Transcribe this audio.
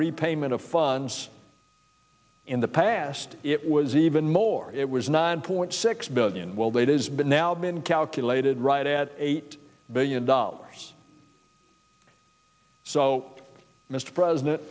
repayment of funds in the past it was even more it was nine point six billion well that is but now been calculated right at eight billion dollars so mr president